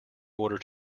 order